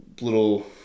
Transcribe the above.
little